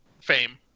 fame